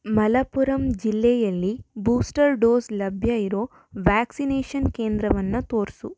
ಮಲಪ್ಪುರಂ ಜಿಲ್ಲೆಯಲ್ಲಿ booster dose ಲಭ್ಯ ಇರೋ ವ್ಯಾಕ್ಸಿನೇಷನ್ ಕೇಂದ್ರವನ್ನು ತೋರಿಸು